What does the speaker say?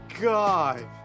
god